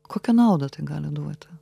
kokią naudą tai gali duoti